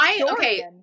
okay